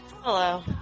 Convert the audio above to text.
Hello